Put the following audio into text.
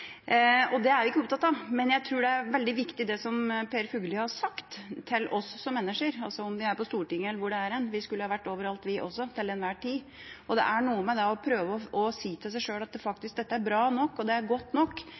opptatt av. Men jeg tror det er veldig viktig, det som Per Fugelli har sagt til oss som mennesker, enten vi er på Stortinget eller hvor vi er – vi skulle ha vært overalt, vi også, til enhver tid – for det er noe med det å prøve å si til seg sjøl at dette faktisk er bra nok, det er godt nok.